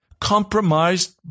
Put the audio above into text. compromised